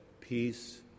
peace